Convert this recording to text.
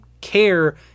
care